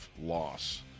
loss